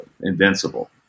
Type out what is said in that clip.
invincible